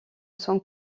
son